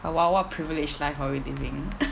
oh !wow! what privilege life are we living